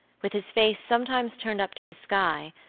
with his face sometimes turned up to the sky,